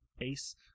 Ace